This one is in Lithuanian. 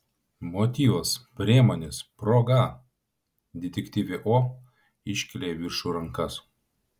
motyvas priemonės proga detektyvė o iškėlė į viršų rankas